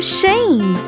shame